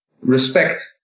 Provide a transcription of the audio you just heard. respect